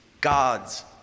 God's